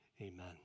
Amen